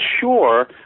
sure